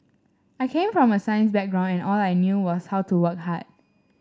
I came from a science background and all I knew was how to work hard